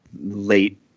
late